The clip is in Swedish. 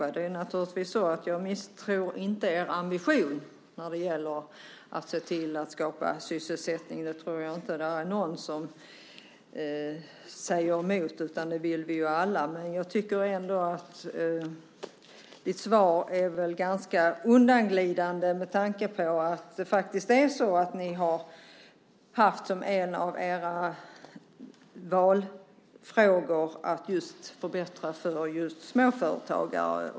Jag misstror naturligtvis inte er ambition när det gäller att se till att skapa sysselsättning. Det tror jag inte någon säger emot. Det vill vi ju alla. Men jag tycker ändå att ditt svar är ganska undanglidande med tanke på att ni faktiskt har haft som en av era valfrågor att förbättra för just småföretagare.